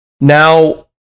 now